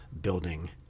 building